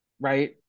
right